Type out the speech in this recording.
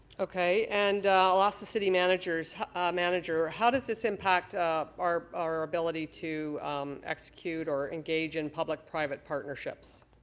okay. and i'll ask the city manager so manager how does this impact ah our our ability to execute or engage in public private partnerships?